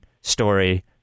story